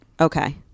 Okay